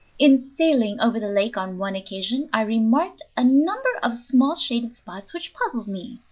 in sailing over the lake on one occasion i remarked a number of small shaded spots which puzzled me.